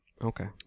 okay